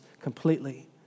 completely